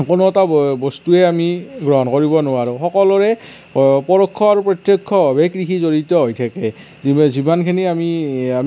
কোনো এটা বস্তুৱে আমি গ্ৰহণ কৰিব নোৱাৰোঁ সকলোৰে পৰোক্ষ আৰু প্ৰত্যক্ষভাবে কৃষি জড়িত হৈ থাকে যিমানখিনি আমি আমি দৈনন্দিন জীৱনত ব্যৱহাৰ কৰোঁ তাৰ